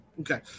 Okay